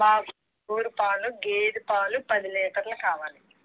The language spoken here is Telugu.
మాకు ప్యూర్ పాలు గేదె పాలు పది లీటర్లు కావాలి